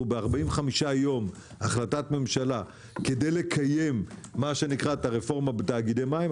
ב-45 יום החלטת ממשלה כדי לקיים את הרפורמה בתאגידי מים.